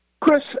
Chris